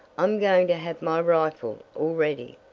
i'm going to have my rifle all ready.